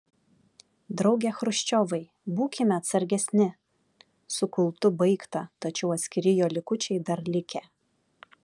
drauge chruščiovai būkime atsargesni su kultu baigta tačiau atskiri jo likučiai dar likę